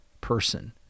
person